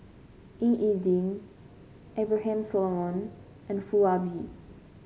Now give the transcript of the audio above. Ying E Ding Abraham Solomon and Foo Ah Bee